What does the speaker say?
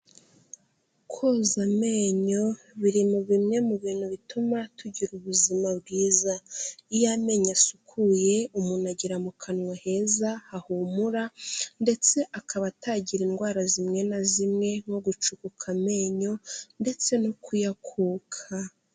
Koza amenyo biri mu bimwe mu bintu bituma tugira ubuzima bwiza, iyo amenyo asukuye umuntu agira mu kanwa heza hahumura ndetse akaba atagira indwara zimwe na zimwe nko gucukuka amenyo ndetse no kuyakuka.